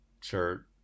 sure